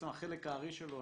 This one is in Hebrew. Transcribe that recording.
החלק הארי שלו,